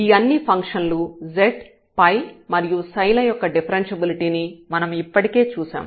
ఈ అన్ని ఫంక్షన్ లు z ∅ మరియు ψ ల యొక్క డిఫరెన్ష్యబిలిటీ ని మనం ఇప్పటికే చూశాం